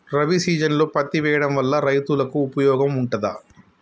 రబీ సీజన్లో పత్తి వేయడం వల్ల రైతులకు ఉపయోగం ఉంటదా?